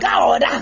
God